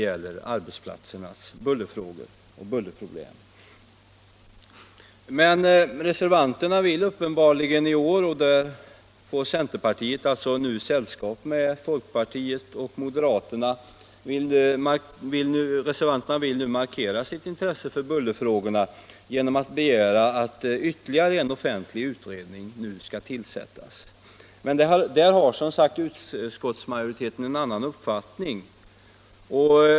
I år får centerpartisterna sällskap med folkpartister och moderater, och nu vill reservanterna uppenbarligen markera sitt intresse för bullerfrågorna genom att begära att ytterligare en offentlig utredning skall tillsättas. Men utskottsmajoriteten har som sagt en annan uppfattning.